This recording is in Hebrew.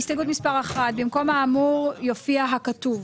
הסתייגות מס' 1. במקום "האמור" יופיע "הכתוב".